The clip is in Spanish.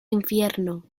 infierno